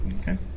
Okay